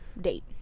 date